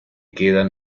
quedan